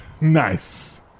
Nice